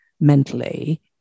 mentally